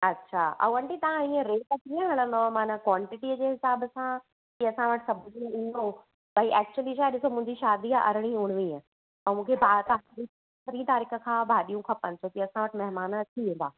अच्छा ऐं आंटी तव्हां हीअं रेट कीअं हणंदव माना कॉंटीटीअ जे हिसाबु सां की असां वटि सभु कुझु ईंदो भाई एक्चुली छा ॾिसो मुंहिंजी शादी आहे अरड़ी उणवीह ऐं मूंखे तव्हां खां पंद्रहीं तारीख़ खां भाॼियूं खपनि छो की असां वटि महिमान अची वेंदा